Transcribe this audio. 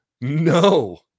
No